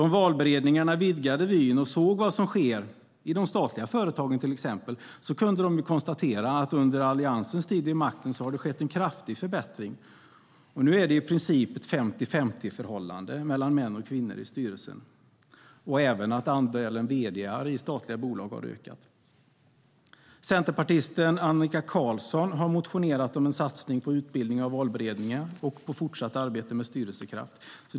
Om valberedningarna vidgade vyn och såg vad som sker i exempelvis de statliga företagen kunde de konstatera att det under Alliansens tid vid makten skett en kraftig förbättring och att det nu i princip är ett 50/50-förhållande mellan män och kvinnor i styrelserna och att även andelen vd:ar i statliga bolag har ökat. Centerpartisten Annika Qarlsson har motionerat om en satsning på utbildning av valberedningar och på fortsatt arbete med styrelsekraft.